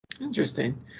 interesting